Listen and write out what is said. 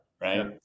right